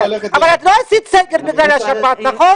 אבל את לא עשית סגר בגלל השפעת, נכון?